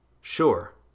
Sure